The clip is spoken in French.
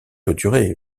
clôturé